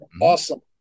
awesome